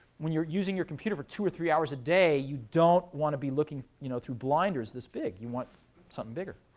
when you're using your computer for two or three hours a day, you don't want to be looking you know through blinders this big. you want something bigger.